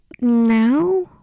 now